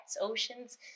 oceans